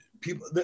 people